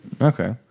Okay